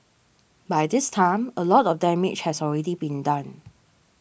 by this time a lot of damage has already been done